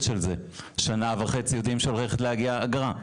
שנה וחצי יודעים שעומדת להגיע אגרה,